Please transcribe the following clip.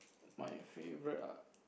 my favourite ah